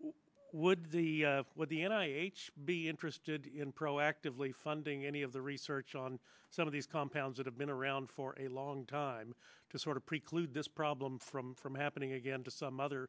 why would the what the n i m h be interested in proactively funding any of the research on some of these compounds that have been around for a long time to sort of preclude this problem from from happening again to some other